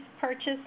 purchase